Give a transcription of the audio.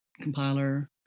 compiler